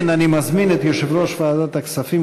אני מזמין את יושב-ראש ועדת הכספים,